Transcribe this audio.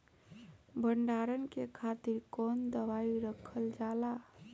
भंडारन के खातीर कौन दवाई रखल जाला?